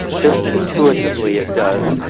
just intuitively it does.